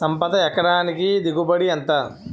సంపద ఎకరానికి దిగుబడి ఎంత?